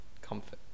comfort